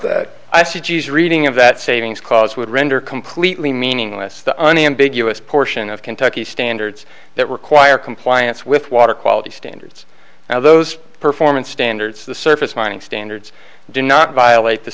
that i see g s reading of that savings cause would render completely meaningless the unambiguous portion of kentucky standards that require compliance with water quality standards now those performance standards the surface mining standards do not violate the